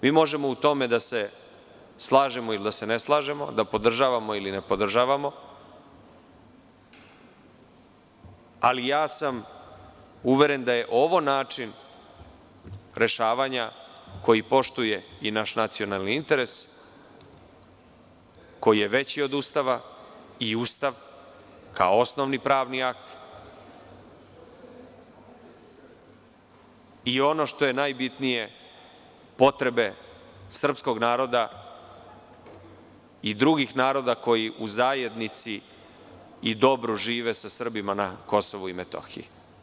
Možemo u tome da se slažemo ili da se ne slažemo, da podržavamo ili ne podržavamo, ali ja sam uveren da je ovo način rešavanja koji poštuje i naš nacionalni interes, koji je veći od Ustava i Ustav, kao osnovni pravni akt, i ono što je najbitnije, potrebe srpskog naroda i drugih naroda koji u zajednici i dobru žive sa Srbima na Kosovu i Metohiji.